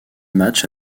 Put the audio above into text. matchs